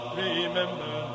remember